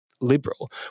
liberal